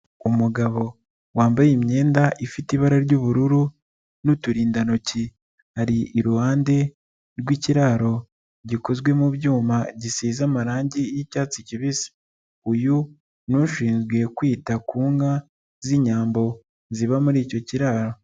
Umugabo wambaye imyenda ifite ibara ry'ubururu n'uturindantoki, ari iruhande rw'ikiraro gikozwe mu byuma gisize amarangi y'icyatsi kibisi, uyu ni ushinzwe kwita ku nka z'Inyambo ziba muri icyo kiraro.